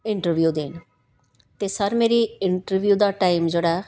ਇੰਰਟਵਿਊ ਦੇਣ ਅਤੇ ਸਰ ਮੇਰੀ ਇੰਟਰਵਿਊ ਦਾ ਟਾਈਮ ਜਿਹੜਾ